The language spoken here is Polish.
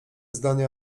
zdania